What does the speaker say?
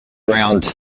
round